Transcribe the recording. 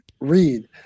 read